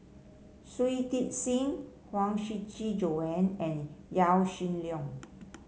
Shui Tit Sing Huang Shiqi Joan and Yaw Shin Leong